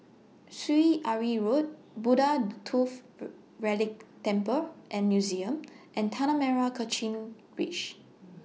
Syed Alwi Road Buddha Tooth Relic Temple and Museum and Tanah Merah Kechil Ridge